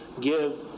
give